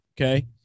okay